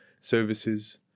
services